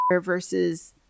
versus